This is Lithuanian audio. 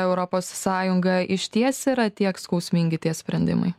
europos sąjunga išties yra tiek skausmingi tie sprendimai